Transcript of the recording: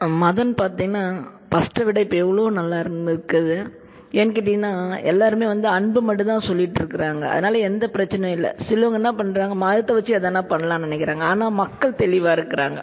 மதம்னு பார்த்தீங்கனா ஃபஸ்ட்டை விட இப்போ எவ்வளவோ நல்லாயிருக்குது ஏன்னு கேட்டிங்கனால் எல்லோருமே வந்து அன்பை மட்டும் தான் சொல்லிட்டிருக்குறாங்க அதனால் எந்த பிரச்சனையும் இல்லை சிலவங்க என்ன பண்றாங்க மதத்தை வச்சு எதனா பண்ணலான்னு நினைக்கிறாங்க ஆனால் மக்கள் தெளிவாக இருக்கிறாங்க